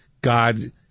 God